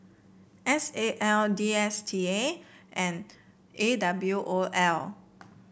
S A L D S T A and A W O L